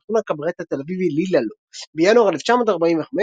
תיאטרון הקברט התל אביבי "לי-לה-לו" בינואר 1945,